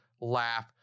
laugh